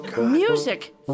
Music